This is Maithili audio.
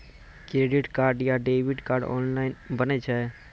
क्रेडिट कार्ड या डेबिट कार्ड ऑनलाइन बनै छै?